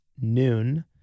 noon